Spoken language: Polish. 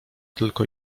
tylko